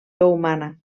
humana